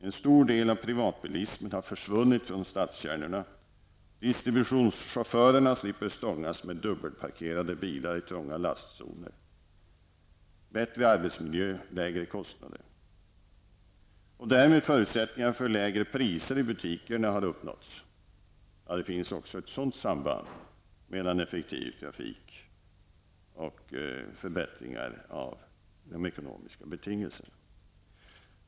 En stor del av privatbilismen har försvunnit från stadskärnorna. Distributionschaufförerna slipper stångas med dubbelparkerade bilar i trånga lastzoner. Bättre arbetsmiljö, lägre kostnader och därmed förutsättningar för lägre priser i butikerna har uppnåtts. Det finns också ett sådant samband mellan en effektiv trafik och förbättringar av de ekonomiska betingelserna.